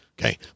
Okay